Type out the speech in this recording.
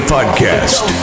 Podcast